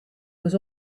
was